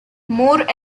moore